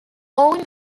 own